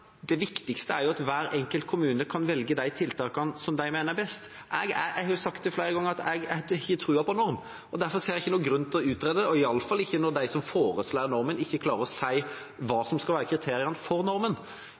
Det viktigste er at hver enkelt kommune kan velge de tiltakene som de mener er best. Jeg har sagt flere ganger at jeg ikke har tro på en norm. Derfor ser jeg ikke noen grunn til å utrede – og iallfall ikke når de som foreslår normen, ikke klarer å si hva som skal være kriteriene for